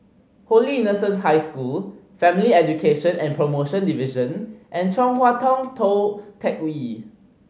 Holy Innocents' High School Family Education and Promotion Division and Chong Hua Tong Tou Teck Hwee